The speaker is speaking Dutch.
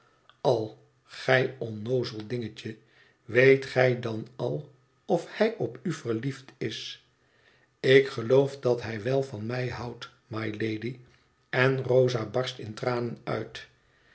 al gij onnoozel dingetje weet gij dan al of hij op u verliefd is ik geloof dat hij wel van mij houdt mylady en rosa barst in tranen uit